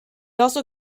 also